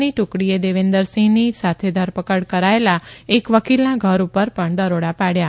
ની ટુકડીએ દેવિન્દરસિંહની સાથે ધર કડ કરાયેલા એક વકીલના ઘર ઉ ર ણ દરોડા ાડ્યા